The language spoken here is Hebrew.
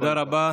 תודה רבה.